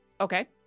Okay